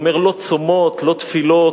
הוא אומר: לא צומות, לא תפילות.